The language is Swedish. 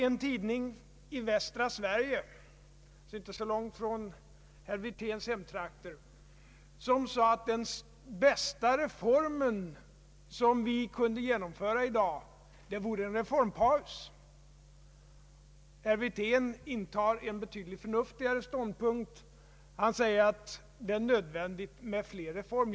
En tidning i västra Sverige, inte så långt från herr Wirténs hemtrakter, ansåg att den bästa reformen vi nu kunde genomföra vore en reformpaus. Herr Wirtén intar en betydligt förnuftigare ståndpunkt. Han säger att det är nödvändigt med fler reformer.